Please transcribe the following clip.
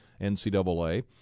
NCAA